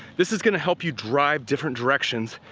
this is gonna help you drive different directions,